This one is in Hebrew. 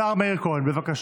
השר מאיר כהן, בבקשה.